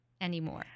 anymore